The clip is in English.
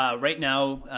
um right now,